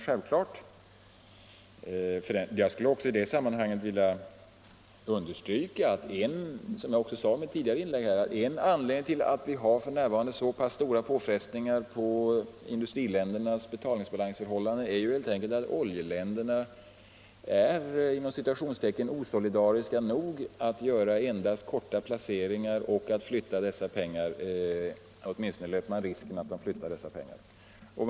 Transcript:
Jag vill även understryka — som jag sade i mitt tidigare inlägg — att en av anledningarna till att vi f.n. har tämligen stora påfrestningar på industriländernas betalningsbalansförhållanden helt enkelt är att oljeländerna är ”osolidariska” nog att göra endast kortsiktiga placeringar. Dessutom flyttar de dessa pengar — eller åtminstone löper man risken att de gör det.